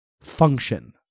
function